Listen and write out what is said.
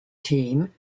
team